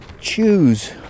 choose